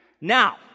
Now